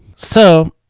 so,